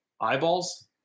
eyeballs